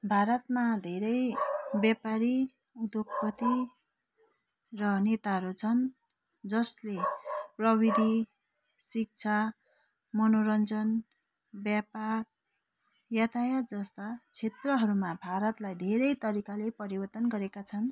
भारतमा धेरै व्यापारी उद्योगपति र नेताहरू छन् जसले प्रविधि शिक्षा मनोरञ्जन व्यापार यातायात जस्ता क्षेत्रहरूमा भारतलाई धेरै तरिकाले परिवर्तन गरेका छन्